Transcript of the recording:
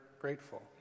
grateful